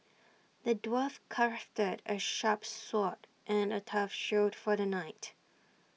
the dwarf crafted A sharp sword and A tough shield for the knight